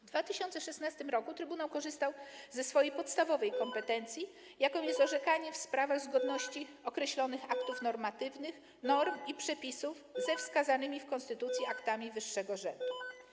W 2016 r. trybunał korzystał ze swojej podstawowej kompetencji, jaką jest orzekanie w sprawach zgodności określonych aktów normatywnych, norm i przepisów ze wskazanymi w konstytucji aktami wyższego rzędu.